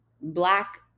Black